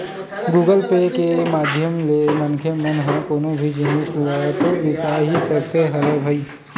Google Pay के माधियम ले मनखे ह कोनो भी जिनिस ल तो बिसा ही सकत हवय भई